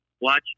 watch